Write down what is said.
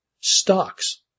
stocks